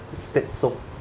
stats soc